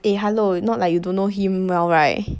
eh hello not like you don't know him well right